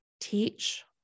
teach